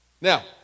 Now